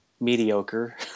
mediocre